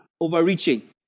overreaching